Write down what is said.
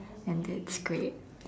and that's great